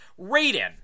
Raiden